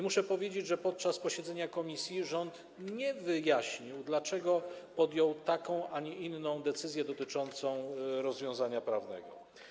Muszę powiedzieć, że podczas posiedzenia komisji rząd nie wyjaśnił, dlaczego podjął taką, a nie inną decyzję dotyczącą rozwiązania prawnego.